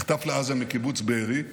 נחטף לעזה מקיבוץ בארי,